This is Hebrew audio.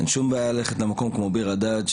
אין שום בעיה ללכת למקום כמו ביר הדאג',